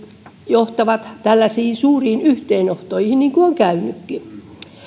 johtavat tällaisiin suuriin yhteenottoihin niin kuin on käynytkin